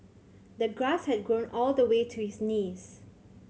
the grass had grown all the way to his knees